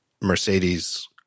Mercedes